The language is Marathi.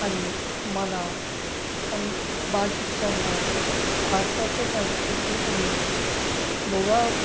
आणि मला आणि बाकीच्यांना भारताच्या संस्कृती आणि भोगा